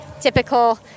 typical